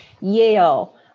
Yale